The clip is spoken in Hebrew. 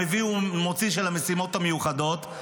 למביא ומוציא של המשימות המיוחדות.